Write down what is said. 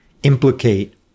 implicate